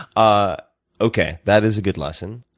ah okay, that is a good lesson.